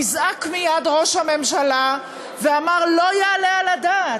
נזעק מייד ראש הממשלה ואמר: לא יעלה על הדעת.